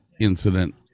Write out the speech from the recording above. incident